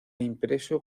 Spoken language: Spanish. impreso